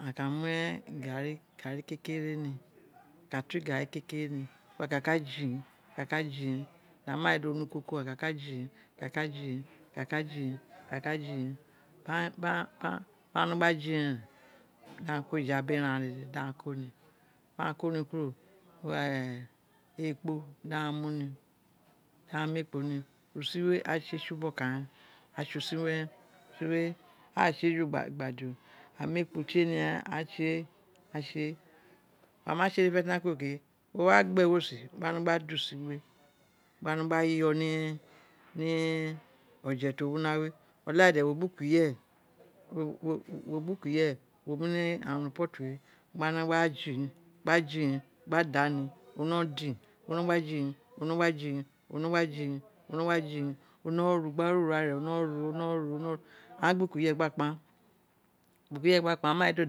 A ka mue gari garri kekere ni a ka twa garri kekere ni aka ka jighinn a ka ka jinghinn a ma fedo ne ukoko, aka ka jinghi a ka jinghiri ba ba ghan wino gba jinghiri ren dangha ko eja biri enan dede dangha ko ni, ba ghan ko ni kuro, ekpo dangha mu ai, daghan mu ekpo ni usin we aghan tse tsi ubokan ren usin we a tse ju gba din, a mu ekpo tie ni ren a tse a tse ama tse eyi fenefene ke a ghan wa gbe ewosin gba da win we, gba wino gba yo ni ni ofe ti o wi una we, olare de wo gbi ukuyere wo mu ni amu ipotu we, gba no gba jinghiri gba jinghiri gba da ni o wino din gba din wo wino gba jinghiri wo nogba jinghiri wo no gba jin ghi ni wo nogba ga nghin o no ru gbare ware on no ni no ru no ru, a gba uku yene gba kpan gba uku yere gba kpan gba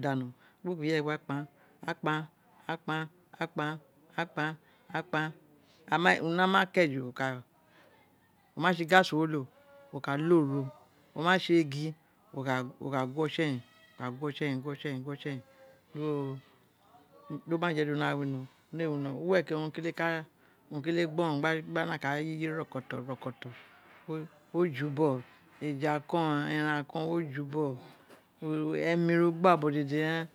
uku yere gba kpan gban ukuyere gba kpan, ma ji di o dano gba ukuyere gba kpan, gba kpan, gba kpan, gba kpan gba kpan a ma uma na ke ju wo ka, oma tse gas wo lo, wo ka low ro, o ma tse egin wa ka gwo tsi eyin gwo ta eyin gwo tsi eyin do ma je di una wino una ee wino uwere ke owun o kele gbonon gba nakan gbe rokoto rokoto, o ju bogho emi ro gba bo dede ren.